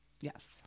Yes